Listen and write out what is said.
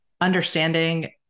understanding